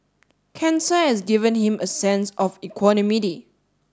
cancer has given him a sense of equanimity